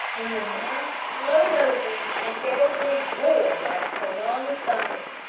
when the mass flowed over and fell with a roar like prolonged thunder.